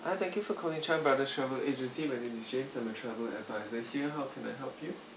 hi thank you for calling chan brothers travel agency my name is james and I'm the travel adviser here how can I help you